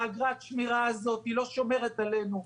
אגרת השמירה הזאת לא שומרת עלינו.